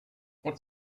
what